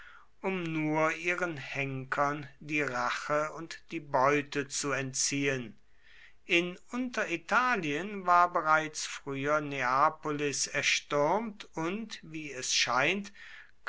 um nur ihren henkern die rache und die beute zu entziehen in unteritalien war bereits früher neapolis erstürmt und wie es scheint